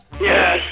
Yes